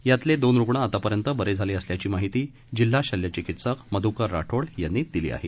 यातील दोन रुग्ण आतापर्यंत बरे झाले असल्याची माहिती जिल्हा शल्य चिकित्सक मध्युकर राठोड यांनी दिली आहे